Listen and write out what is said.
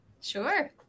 sure